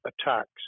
attacks